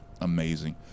amazing